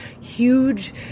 huge